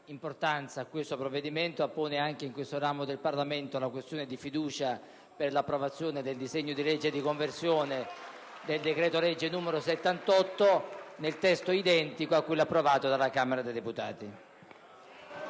importanza a questo provvedimento, appone anche in questo ramo del Parlamento la questione di fiducia per l'approvazione del disegno di legge di conversione del decreto-legge n. 78, nel testo identico a quello approvato dalla Camera dei deputati.